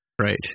Right